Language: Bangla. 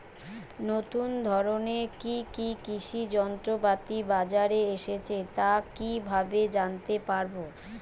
নতুন ধরনের কি কি কৃষি যন্ত্রপাতি বাজারে এসেছে তা কিভাবে জানতেপারব?